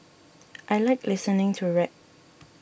I like listening to rap